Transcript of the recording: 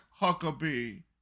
Huckabee